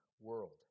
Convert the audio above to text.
world